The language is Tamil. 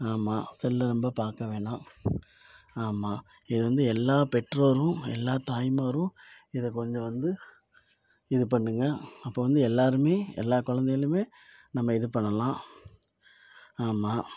ஆமாம் செல்லை ரொம்ப பார்க்கவேணாம் ஆமாம் இது வந்து எல்லா பெற்றோரும் எல்லா தாய்மாரும் இதை கொஞ்சம் வந்து இது பண்ணுங்க அப்போ வந்து எல்லோருமே எல்லாம் குழந்தைகளுமே நல்லா இது பண்ணலாம் ஆமாம்